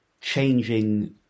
changing